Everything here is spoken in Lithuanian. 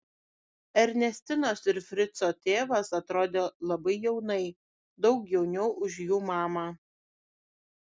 ernestinos ir frico tėvas atrodė labai jaunai daug jauniau už jų mamą